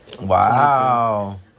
Wow